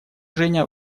женя